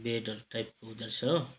बेडहरू टाइपको हुँदो रहेछ हो